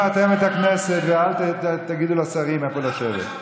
היא לא